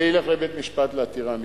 זה ילך לבית-משפט, לעתירה מינהלית,